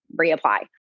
reapply